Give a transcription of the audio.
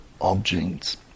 objects